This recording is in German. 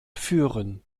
führen